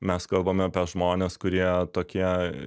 mes kalbame apie žmones kurie tokie